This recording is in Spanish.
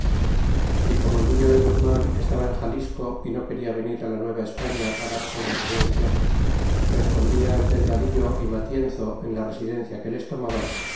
y como el neo de guzman estaba en xalisco é no quena venir la nueva españa dar su residencia respondia el delgadillo y matienzo en la residencia que les tomaban